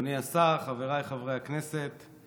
אדוני השר, חבריי חברי נכנסת,